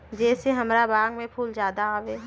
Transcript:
जे से हमार बाग में फुल ज्यादा आवे?